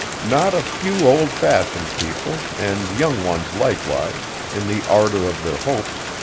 not a few old-fashioned people, and young ones likewise, in the ardor of their hopes,